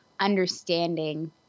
understanding